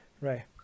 Right